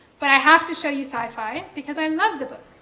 but i have to show you sci-fi because i love the book.